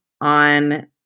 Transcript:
on